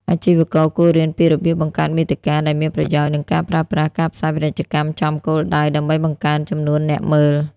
អាជីវករគួររៀនពីរបៀបបង្កើតមាតិកា ដែលមានប្រយោជន៍ និងការប្រើប្រាស់ ការផ្សាយពាណិជ្ជកម្មចំគោលដៅ ដើម្បីបង្កើនចំនួនអ្នកមើល។